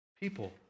People